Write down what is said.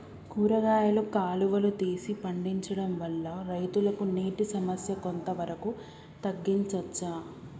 కూరగాయలు కాలువలు తీసి పండించడం వల్ల రైతులకు నీటి సమస్య కొంత వరకు తగ్గించచ్చా?